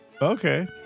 Okay